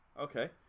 Okay